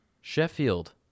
Sheffield